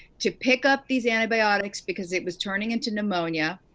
to pick up these antibiotics because it was turning into pneumonia.